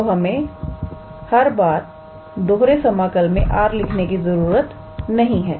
तो हमें हर बार दोहरे समाकल में R लिखने की जरूरत नहीं है